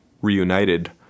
reunited